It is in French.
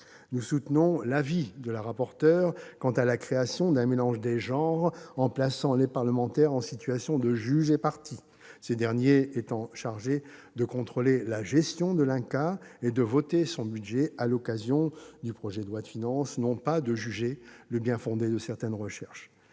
Nous soutenons l'avis de la rapporteur quant à la création d'un mélange des genres plaçant les parlementaires en situation de « juge et partie »; ces derniers sont en effet chargés de contrôler la gestion de l'INCa et de voter son budget à l'occasion du projet de loi de finances, et non pas de juger du bien-fondé de certaines recherches.